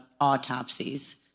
autopsies